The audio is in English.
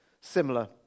similar